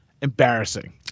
embarrassing